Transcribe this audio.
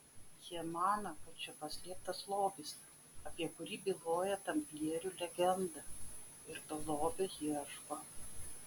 jie mano kad čia paslėptas lobis apie kurį byloja tamplierių legenda ir to lobio ieško